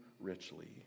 richly